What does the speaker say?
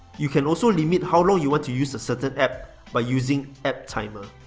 you can also limit how long you want to use a certain app by using app timer.